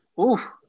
Oof